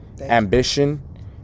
ambition